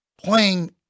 playing